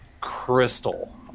crystal